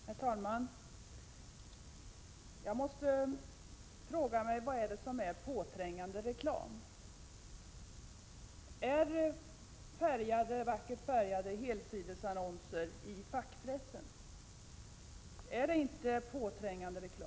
Herr talman! Jag måste fråga: Vad är det som utgör påträngande reklam? Är inte vackert färgsatta helsidesannonser i fackpressen påträngande reklam?